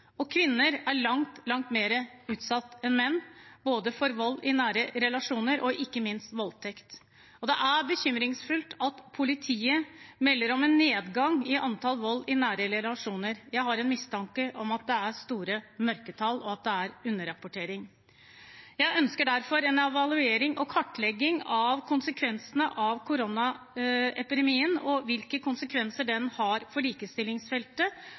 Kvinner er langt mer utsatt for vold i nære relasjoner enn menn, ikke minst voldtekt. Det er bekymringsfullt at politiet melder om en nedgang i antallet saker vold i nære relasjoner. Jeg har en mistanke om at det er store mørketall, og at det er underrapportering. Jeg ønsker derfor en evaluering og kartlegging av konsekvensene av koronaepidemien, og hvilke konsekvenser den har for likestillingsfeltet.